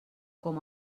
com